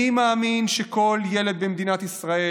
אני מאמין שכל ילד במדינת ישראל,